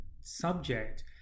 subject